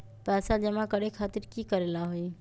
पैसा जमा करे खातीर की करेला होई?